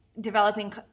developing